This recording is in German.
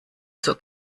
zur